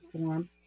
form